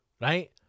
right